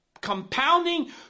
compounding